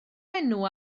enw